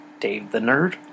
DaveTheNerd